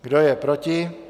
Kdo je proti?